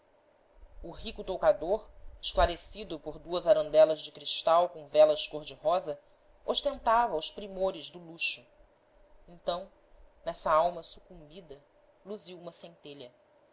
o rico toucador esclarecido por duas arandelas de cristal com velas cor-de-rosa ostentava os primores do luxo então nessa alma sucumbida luziu uma centelha